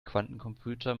quantencomputer